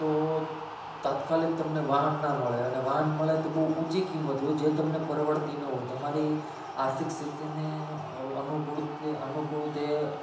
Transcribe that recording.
તો તાત્કાલિક તમને વાહન ના મળે અને વાહન મળે તો બહુ ઊંચી કિંમતે હોય જો તમને પરવડતી ન હોય તમારી આર્થિક સ્થિતિને અનુકૂળ તે અનુકૂળ તે